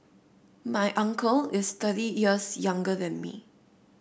my uncle is thirty years younger than me